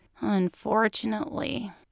Unfortunately